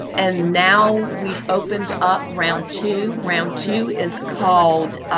and now we've opened up round two, round two is called